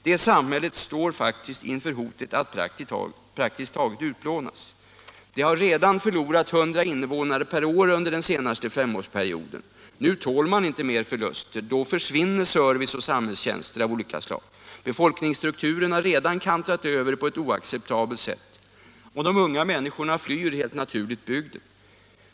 Detta samhälle står inför hotet att praktiskt taget utplånas. Det har redan förlorat 100 invånare per år under den senaste femårsperioden. Nu tål man inte fler förluster — då försvinner service och sam hällstjänster av olika slag. Befolkningsstrukturen har redan kantrat över på ett oacceptabelt sätt. De unga människorna flyr helt naturligt bygden.